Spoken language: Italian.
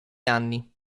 anni